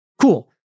Cool